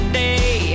day